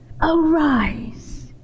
arise